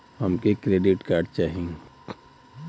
हमके credit card चाही